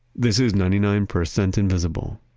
this is ninety nine percent invisible.